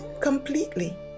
completely